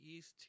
East